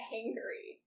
angry